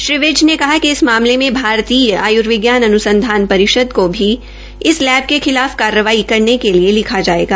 श्री विज ने कहा कि इस मामले में भारतीय आयुर्विज्ञान अनुसंधनान परिषद को भी इस लैब के खिलाफ कार्रवाई करने के लिए लिखा जायेगा